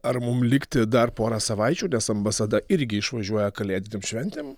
ar mum likti dar porą savaičių nes ambasada irgi išvažiuoja kalėdinėm šventėm